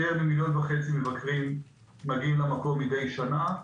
יותר ממיליון וחצי מבקרים מגיעים למקום מדי שנה,